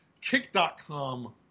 Kick.com